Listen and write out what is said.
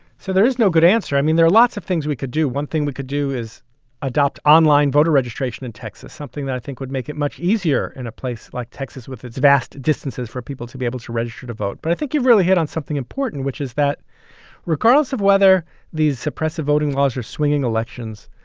so there is no good answer. i mean, there are lots of things we could do. one thing we could do is adopt online voter registration in texas, something that i think would make it much easier in a place like texas with its vast distances for people to be able to register to vote. but i think you've really hit on something important, which is that regardless of whether these suppressive voting laws are swinging elections,